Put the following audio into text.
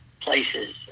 places